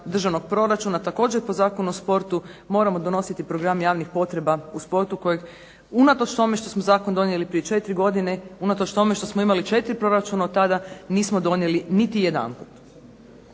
Državnog proračuna također prema Zakonu o sportu moramo donositi program javnih potreba u sportu kojeg unatoč tome što smo Zakon donijeli prije četiri godine, unatoč tome što smo imali četiri proračuna od tada nismo donijeli niti jedanput.